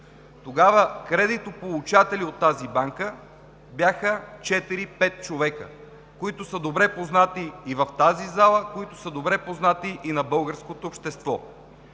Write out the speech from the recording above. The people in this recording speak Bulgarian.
Тогава кредитополучатели от тази банка бяха четири пет човека, които са добре познати и в тази зала, които са добре познати и на българското общество.